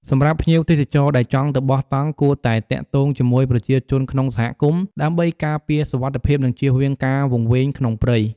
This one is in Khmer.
សម្រាប់ភ្ញៀវទេសចរដែលចង់ទៅបោះតង់គួតែទាក់ទងជាមួយប្រជាជនក្នុងសហគមន៍ ដើម្បីការពារសុវត្ថិភាព និងជៀសវាងការវង្វេងក្នុងព្រៃ ។